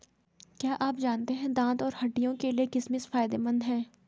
क्या आप जानते है दांत और हड्डियों के लिए किशमिश फायदेमंद है?